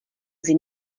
sie